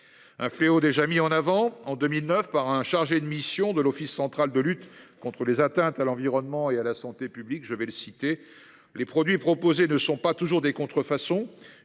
Un fléau déjà mis en avant en 2009 par un chargé de mission de l'Office central de lutte contre les atteintes à l'environnement et à la santé publique, je vais le citer les produits proposés ne sont pas toujours des contrefaçons.